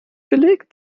belegt